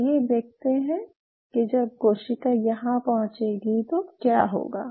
आइये देखते हैं कि जब कोशिका यहाँ पहुंचेगी तो क्या होगा